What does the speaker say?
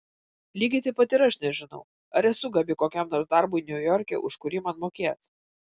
lygiai taip pat ir aš nežinau ar esu gabi kokiam nors darbui niujorke už kurį man mokės